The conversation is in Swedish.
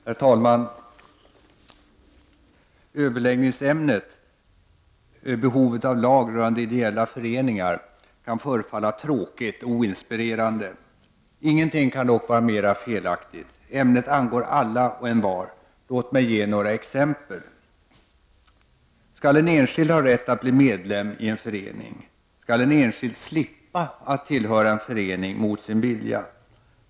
Herr talman! Överläggningsämnet — behovet av lag rörande ideella föreningar — kan förefalla tråkigt och oinspirerande. Ingenting kan dock vara mer felaktigt. Ämnet angår alla och envar. Låt mig ge några exempel. — Skall en enskild ha rätt att bli medlem i en förening? — Skall en enskild slippa att tillhöra en förening mot sin vilja?